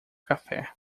café